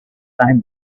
came